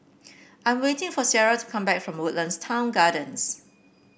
I'm waiting for Ciarra to come back from Woodlands Town Gardens